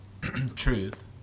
truth